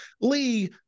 lee